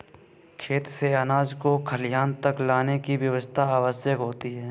खेत से अनाज को खलिहान तक लाने की व्यवस्था आवश्यक होती है